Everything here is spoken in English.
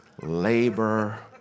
labor